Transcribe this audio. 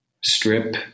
strip